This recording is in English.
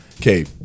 okay